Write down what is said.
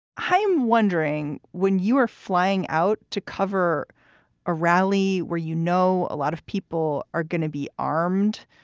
hi, i'm wondering when you are flying out to cover a rally where, you know, a lot of people are going to be armed.